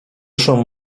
szum